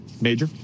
Major